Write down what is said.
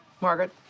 Margaret